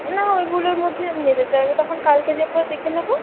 না ওইগুলোর মধ্যেই আমি নিতে চাই আমি তখন কালকে যাবো দেখে নেবো